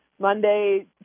Monday